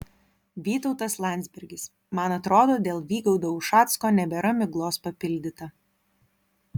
vytautas landsbergis man atrodo dėl vygaudo ušacko nebėra miglos papildyta